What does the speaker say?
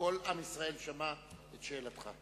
וכל עם ישראל שמע את שאלתך.